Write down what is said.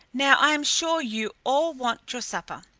now i am sure you all want your supper.